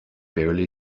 barely